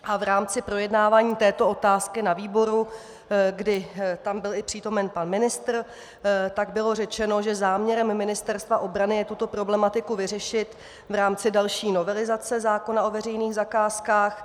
V rámci projednávání této otázky na výboru, kdy tam byl i přítomen pan ministr, bylo řečeno, že záměrem Ministerstva obrany je tuto problematiku vyřešit v rámci další novelizace zákona o veřejných zakázkách.